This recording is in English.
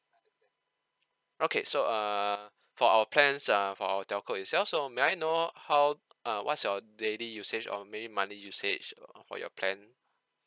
okay so uh for our plans uh for our telco itself so may I know how uh what's your daily usage or maybe monthly usage uh for your plan